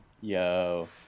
Yo